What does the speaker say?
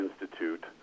institute